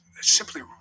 simply